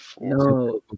no